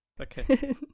okay